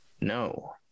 No